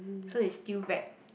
so it's still wrapped